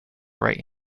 right